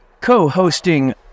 co-hosting